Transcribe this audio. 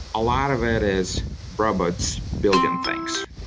a lot of it is robots building things,